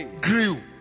grew